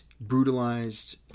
brutalized